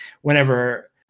whenever